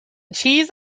cheese